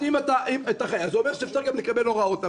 אז אם אתה חייל זה אומר שאפשר גם לקבל הוראות,